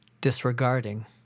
disregarding